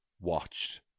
watched